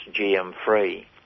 GM-free